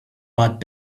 but